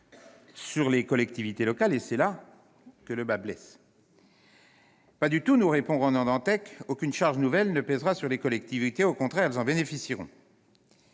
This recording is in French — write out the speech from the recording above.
Sur les collectivités locales ! C'est bien là que le bât blesse. Pas du tout, nous rétorque Ronan Dantec, aucune charge nouvelle ne pèsera sur les collectivités. Au contraire, elles en bénéficieront.